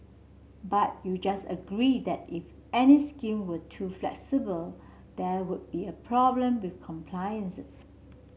but you just agreed that if any scheme were too flexible there would be a problem with compliances